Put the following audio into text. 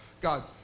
God